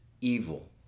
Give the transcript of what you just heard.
evil